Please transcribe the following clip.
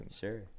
Sure